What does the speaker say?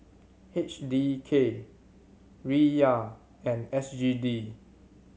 H D K Riyal and S G D